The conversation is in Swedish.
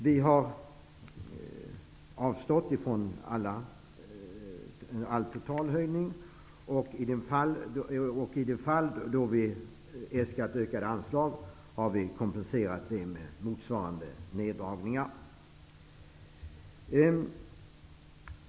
Vi har avstått från en total höjning. I de fall som vi har äskat om ökade anslag, har vi kompenserat det med motsvarande neddragningar.